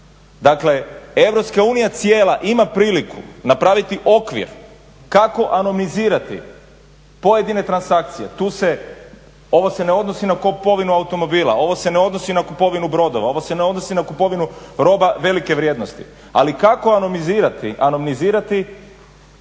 Dakle, EU cijela ima priliku napraviti okvir kako alomizirati pojedine transakcije, ovo se ne odnosi na kupovinu automobila, ovo se ne odnosi na kupovinu brodova, ovo se ne odnosi na kupovinu roba velike vrijednosti, ali kako alomizirati kupovinu